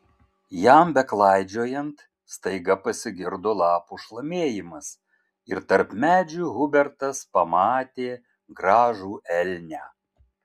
jam beklaidžiojant staiga pasigirdo lapų šlamėjimas ir tarp medžių hubertas pamatė gražų elnią